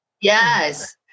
Yes